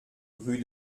rue